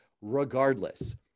Regardless